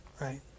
right